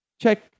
check